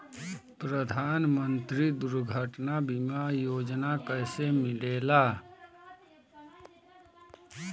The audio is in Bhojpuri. प्रधानमंत्री दुर्घटना बीमा योजना कैसे मिलेला?